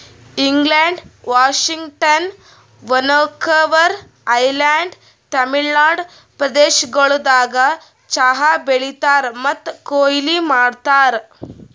England, Washington, Vancouver island, Tamil Nadu ಪ್ರದೇಶಗೊಳ್ದಾಗ್ ಚಹಾ ಬೆಳೀತಾರ್ ಮತ್ತ ಕೊಯ್ಲಿ ಮಾಡ್ತಾರ್